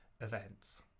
events